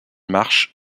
marsh